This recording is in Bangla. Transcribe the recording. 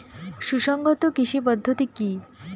সুসংহত কৃষি পদ্ধতি কি?